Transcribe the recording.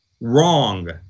Wrong